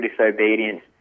disobedience